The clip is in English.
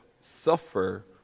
suffer